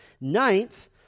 Ninth